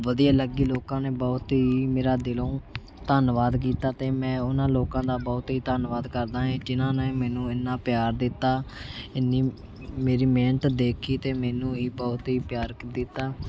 ਵਧੀਆ ਲੱਗੀ ਲੋਕਾਂ ਨੇ ਬਹੁਤ ਹੀ ਮੇਰਾ ਦਿਲੋਂ ਧੰਨਵਾਦ ਕੀਤਾ ਅਤੇ ਮੈਂ ਉਹਨਾਂ ਲੋਕਾਂ ਦਾ ਬਹੁਤ ਹੀ ਧੰਨਵਾਦ ਕਰਦਾਂ ਏ ਜਿਨ੍ਹਾਂ ਨੇ ਮੈਨੂੰ ਇੰਨਾਂ ਪਿਆਰ ਦਿੱਤਾ ਇੰਨੀ ਮੇਰੀ ਮਿਹਨਤ ਦੇਖੀ ਅਤੇ ਮੈਨੂੰ ਹੀ ਬਹੁਤ ਹੀ ਪਿਆਰ ਦਿੱਤਾ